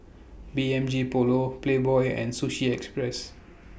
B M G Polo Playboy and Sushi Express